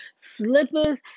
slippers